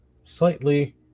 Slightly